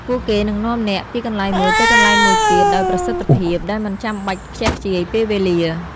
ពួកគេនឹងនាំអ្នកពីកន្លែងមួយទៅកន្លែងមួយទៀតដោយប្រសិទ្ធភាព ដោយមិនចាំបាច់ខ្ជះខ្ជាយពេលវេលា។